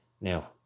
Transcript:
Now